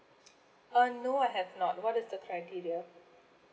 uh no I have not what is the criteria